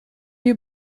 you